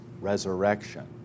resurrection